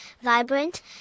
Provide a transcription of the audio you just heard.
vibrant